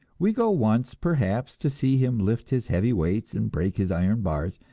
we go once, perhaps, to see him lift his heavy weights and break his iron bars,